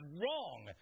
wrong